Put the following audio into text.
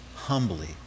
humbly